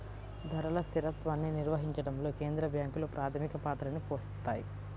ధరల స్థిరత్వాన్ని నిర్వహించడంలో కేంద్ర బ్యాంకులు ప్రాథమిక పాత్రని పోషిత్తాయి